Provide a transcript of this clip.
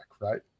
right